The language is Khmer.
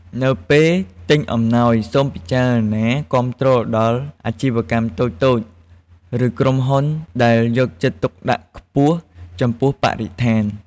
នៅពេលទិញអំណោយ សូមពិចារណាគាំទ្រដល់អាជីវកម្មតូចៗ ឬក្រុមហ៊ុនដែលយកចិត្តទុកដាក់ខ្ពស់ចំពោះបរិស្ថាន។